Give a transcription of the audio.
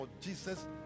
Jesus